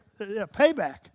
payback